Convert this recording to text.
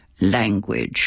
language